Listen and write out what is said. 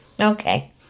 Okay